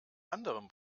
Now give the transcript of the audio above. anderen